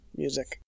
music